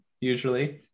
Usually